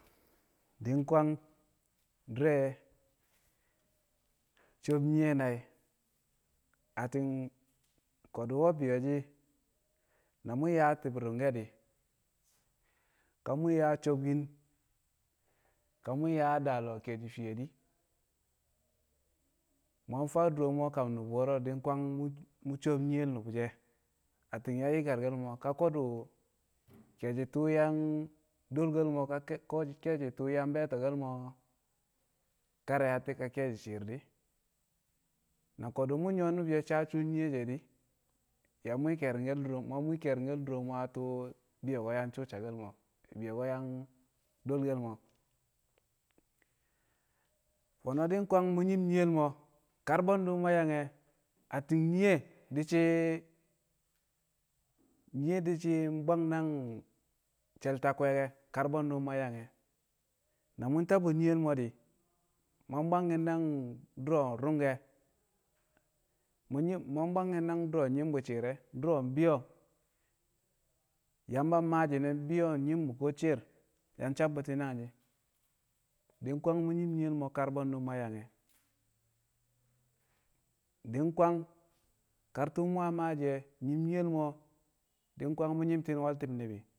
Di̱kwang du̱ro̱ sob nyiye nai̱, atti̱n ko̱du̱ nwe bi̱yo̱shi̱ na mu̱ yaa ti̱b ru̱ngke̱ di̱ ka mu̱ yaa sobkin ka mu̱ yaa daa lo̱o̱ ke̱ẹshi̱ fi̱ye̱ di̱ mu yang faa duro a kam nu̱bu̱ wọro̱ di̱kwang mu̱ sob nyiyel nu̱bu̱ she̱. Atti̱n yang yi̱karke̱l mu̱ ka ko̱du̱ ke̱e̱shi̱ tu̱u̱ yang do̱lke̱. l mo̱ ka- ko̱-ka ke̱e̱shi̱ tu̱u̱ yang be̱e̱te̱ke̱l mo̱ karayatti̱ ka ke̱e̱shi̱ di̱ na ko̱du̱ mu̱ nyu̱wo̱ nu̱bu̱ she̱ saa su̱u̱ nyiye de̱ di̱, mu̱ yang mwi̱i̱ kari̱ngke̱l duro mu̱ mu̱ yang mwi̱i̱ ke̱ri̱ngke̱l duro mu̱ a tu̱u̱ yang bi̱yo̱ko̱ susakel mo̱ bi̱yo̱ko̱ yang do̱lke̱l mo̱. Fo̱no̱ di̱kwang mu̱ nyi̱m nyiyel mo̱ kar bwe̱ndu̱ mu̱ yang e̱ atti̱n nyiye di̱ shi̱ nyiye di̱shi̱ bwang nang she̱l ta kwe̱e̱ke̱ kar bwe̱ndu̱ mu̱ yang e̱, na mu̱ tabu̱ nyiyel mo̱ di̱ mu̱ yang bwangki̱n nang du̱ro̱ ru̱ngke̱ mu̱ nyi̱m mu̱ yang bwangki̱n nang du̱ro̱ nyi̱m bu̱ shi̱i̱r re̱, du̱ro̱ bi̱yo̱ Yamba maa shi̱ne̱ bi̱yo̱ nyi̱m bu̱ ko shi̱i̱r yang sabbu̱ti̱ nangshi̱. Di̱kwang mu̱ nyi̱m nyiyel mo̱ kar bwe̱ndu̱ mu̱ yang e̱, di̱kwang kar tu̱u̱ mu̱ yang maashi̱ e̱ nyi̱m nyiyel mo̱, di̱kwang mu̱ nyi̱mti̱n we̱l ti̱b ni̱bi̱